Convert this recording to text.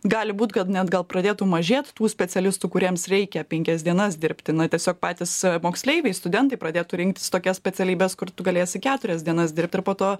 gali būt kad net gal pradėtų mažėt tų specialistų kuriems reikia penkias dienas dirbti na tiesiog patys moksleiviai studentai pradėtų rinktis tokias specialybes kur tu galėsi keturias dienas dirbt ir po to